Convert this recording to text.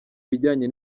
bijyanye